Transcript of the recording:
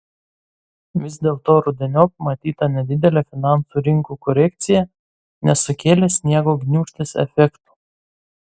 vis dėlto rudeniop matyta nedidelė finansų rinkų korekcija nesukėlė sniego gniūžtės efekto